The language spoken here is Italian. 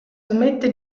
smette